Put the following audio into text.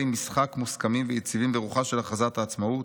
משחק מוסכמים ויציבים ברוחה של הכרזת העצמאות,